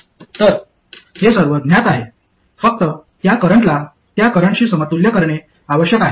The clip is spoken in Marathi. तर हे सर्व ज्ञात आहे फक्त त्या करंटला त्या करंटशी समतुल्य करणे आवश्यक आहे